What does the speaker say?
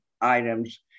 items